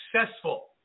successful